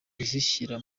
kuzishyira